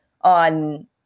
on